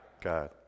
God